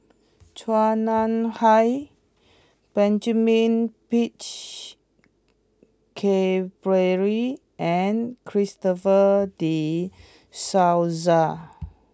Chua Nam Hai Benjamin Peach Keasberry and Christopher De Souza